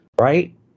right